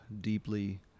deeply